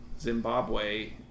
Zimbabwe